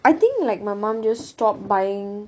I think like my mum just stop buying